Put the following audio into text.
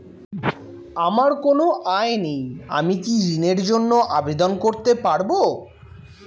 আমার কোনো আয় নেই আমি কি ঋণের জন্য আবেদন করতে পারব?